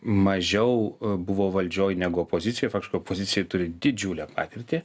mažiau buvo valdžioj negu opozicija opozicija turi didžiulę patirtį